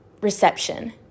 reception